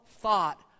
thought